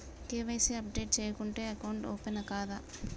KYC updation చేయకుంటే account open కాదా?